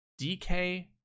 dk